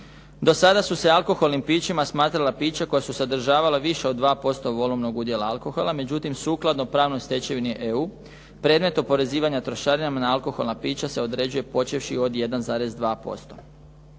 Do sada su se alkoholnim pićima smatrala pića koja su sadržavala više od 2% volumnog udjela alkohola. Međutim, sukladno pravnoj stečevini EU, predmet oporezivanja trošarinama na alkoholna pića se određuje počevši od 1,2%.